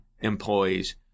employees